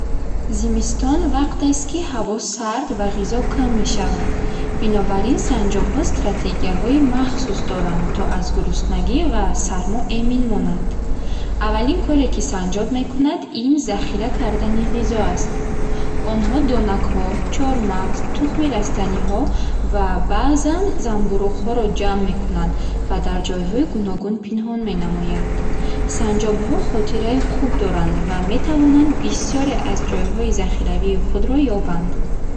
Зимистон вақтест, ки ҳаво сард ва ғизо кам мешавад. Бинобар ин санҷобҳо стратегияҳои махсус доранд, то аз гуруснагӣ ва сармо эмин монанд. Аввалин коре, ки санҷоб мекунад ин захира кардани ғизо аст. Онҳо донакҳо, чормағз, тухми растаниҳо ва баъзан замбӯруғҳоро ҷамъ мекунанд ва дар ҷойҳои гуногун пинҳон менамоянд. Санҷобҳо хотираи хуб доранд ва метавонанд бисёре аз ҷойҳои захиравии худро ёбанд.